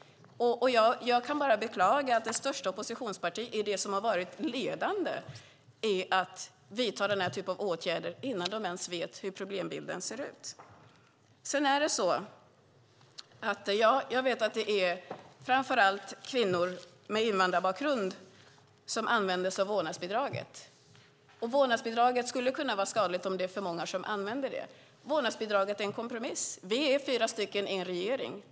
Jag kan bara beklaga att det största oppositionspartiet är det som har varit ledande när det gäller att vidta denna typ av åtgärder innan de ens vet hur problembilden ser ut. Jag vet att det framför allt är kvinnor med invandrarbakgrund som använder sig av vårdnadsbidraget. Vårdnadsbidraget skulle kunna vara skadligt om det blir för många som använder det. Det är en kompromiss. Vi är fyra partier i en regering.